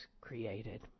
created